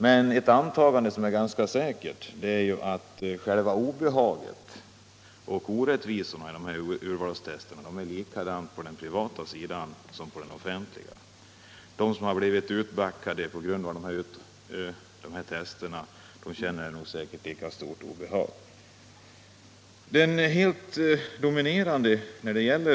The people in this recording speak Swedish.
Det är dock ett ganska säkert antagande att obehaget och orättvisorna i samband med urvalstesterna är likadana på det privata området som på det offentliga. De som har blivit ställda åt sidan på grund av dessa tester känner säkerligen lika stort obehag på det privata området som på det offentliga.